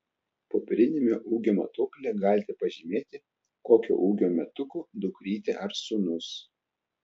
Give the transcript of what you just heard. popieriniame ūgio matuoklyje galite pažymėti kokio ūgio metukų dukrytė ar sūnus